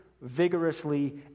vigorously